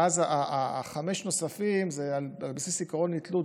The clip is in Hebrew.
ואז החמש הנוספות הן על בסיס עיקרון אי-תלות,